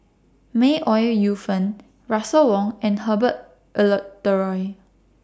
May Ooi Yu Fen Russel Wong and Herbert Eleuterio